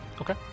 Okay